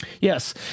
Yes